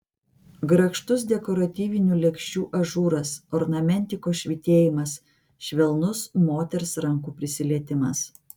grakštus dekoratyvinių lėkščių ažūras ornamentikos švytėjimas švelnus moters rankų prisilietimas